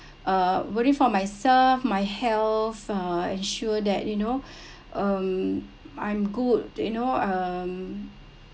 uh worry for myself my health uh ensure that you know um I'm good you know um